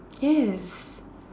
yes